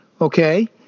okay